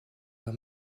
par